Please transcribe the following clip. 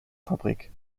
fabrik